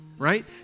Right